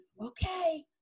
okay